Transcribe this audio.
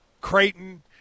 Creighton